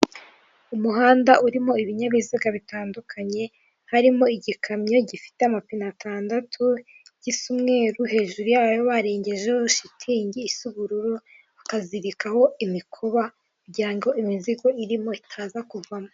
Umuhanda urimo ibinyabiziga bitandukanye harimo igikamyo gifite amapine atandatu gisa umweru, hejuru yayo harengejeho shitingi isa ubururu bakazirikaho imikoba kugira ngo imizigo irimo itaza kuvamo.